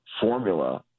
formula